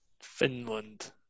Finland